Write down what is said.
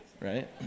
Right